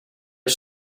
are